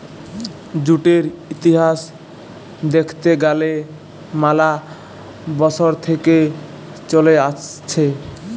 জুটের ইতিহাস দ্যাখতে গ্যালে ম্যালা বসর থেক্যে চলে আসছে